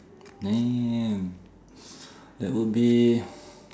damn that would be